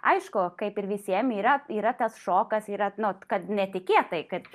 aišku kaip ir visiem yra yra tas šokas yra nu kad netikėtai kad